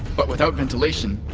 but without ventilation,